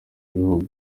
bihugu